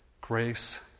Grace